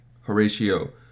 Horatio